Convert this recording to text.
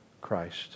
Christ